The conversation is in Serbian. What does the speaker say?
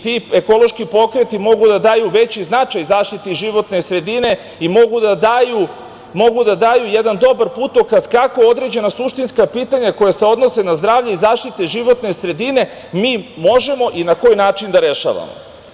Ti ekološki pokreti mogu da daju veći značaj zaštiti životne sredine i mogu da daju jedan dobar putokaz kako određena suštinska pitanje koja se odnose na zdravlje i zaštitu životne sredine mi možemo i na koji način da rešavamo.